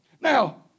Now